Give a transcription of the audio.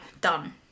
done